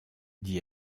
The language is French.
dit